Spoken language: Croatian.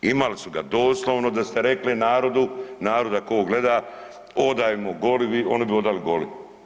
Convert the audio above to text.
Imali su ga, doslovno da ste rekli narodu, narod ako ovo gleda, odajmo goli, oni bi odali goli.